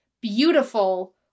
beautiful